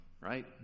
right